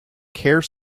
care